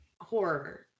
horror